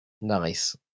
Nice